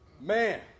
Man